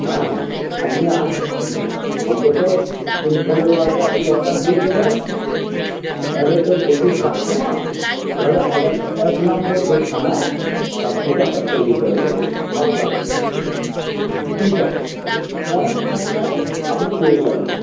হ্যাঁ হ্যাঁ আপনি আসুন অন্তত দিন পনেরো আগে আপনি অর্ডার দিয়ে দেবেন আমাদের তো প্রচুর কাস্টমার ও আপনাকে এক নম্বর যে ছানা তার থেকে আমরা তৈরি করে দেবো ভালো লাগবে ঠিক আছে অনেক সময়ে আপনি পেয়ে যাবেন